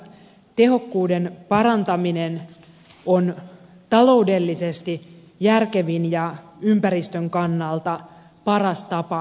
energiatehokkuuden parantaminen on taloudellisesti järkevin ja ympäristön kannalta paras tapa vähentää päästöjä